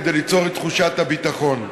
כדי ליצור את תחושת הביטחון.